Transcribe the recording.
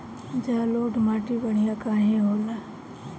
जलोड़ माटी बढ़िया काहे होला?